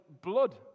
blood